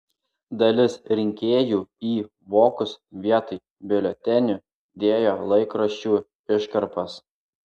dalis rinkėjų į vokus vietoj biuletenių dėjo laikraščių iškarpas